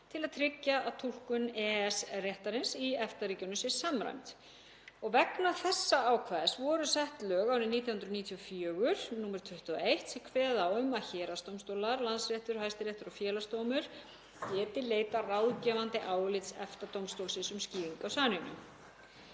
til að tryggja að túlkun EES-réttarins í EFTA-ríkjunum sé samræmd og vegna þessa ákvæðis voru sett lög árið 1994, nr. 21, sem kveða á um að héraðsdómstólar, Landsréttur, Hæstiréttur og Félagsdómur geti leitað ráðgefandi álits EFTA-dómstólsins um skýringu á samningnum.